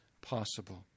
possible